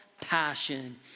passion